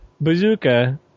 Bazooka